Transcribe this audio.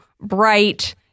bright